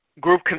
Group